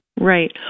Right